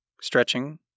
stretching